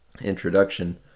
introduction